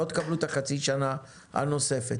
במקום הארכה בשתי תקופות נוספות,